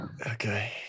okay